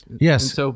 Yes